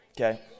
Okay